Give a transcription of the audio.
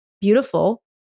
beautiful